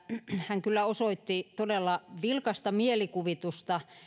hän kyllä osoitti todella vilkasta mielikuvitusta